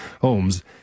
homes